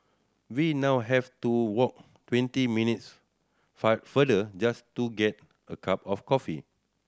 we now have to walk twenty minutes farther just to get a cup of coffee